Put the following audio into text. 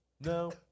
No